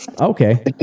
okay